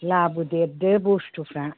लाबो देरदो बुस्थुफ्रा